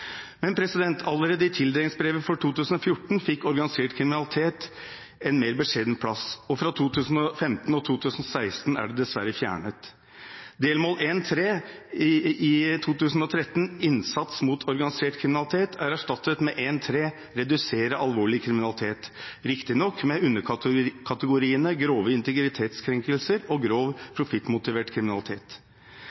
allerede i tildelingsbrevet for 2014 fikk organisert kriminalitet en mer beskjeden plass. Og fra 2015 og 2016 er det dessverre fjernet. Delmål 1.3 i 2013, «Innsats mot organisert kriminalitet», er erstattet med 1.3 «Redusere alvorlig kriminalitet» – riktignok med underkategoriene grove integritetskrenkelser og grov